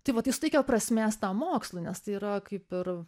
tai vat tai suteikia prasmės tam mokslui nes tai yra kaip ir